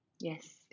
yes